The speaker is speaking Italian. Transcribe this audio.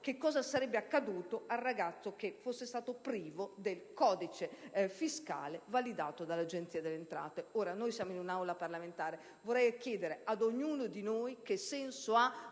cosa sarebbe accaduto al ragazzo che fosse stato privo del codice fiscale validato dall'Agenzia delle entrate. Siamo in un'Aula parlamentare: vorrei chiedere ad ognuno di noi che senso ha